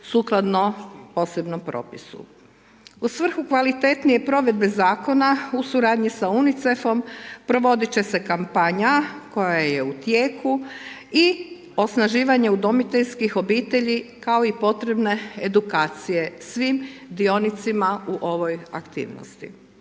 U svrhu kvalitetnije provedbe zakona u suradnji sa UNICEF-om provoditi će se kampanja koja je u tijeku i osnaživanje udomiteljskih obitelji kao i potrebne edukacije svim dionicima u ovoj aktivnosti.